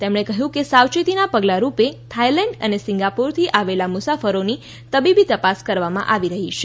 તેમણે કહ્યું કે સાવચેતીના પગલારૂપે થાઇલેન્ડ અને સિંગાપુરથી આવેલા મુસાફરોની તબીબી તપાસ કરવામાં આવી રહી છે